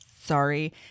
Sorry